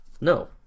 No